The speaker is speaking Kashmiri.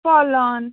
پھۄلان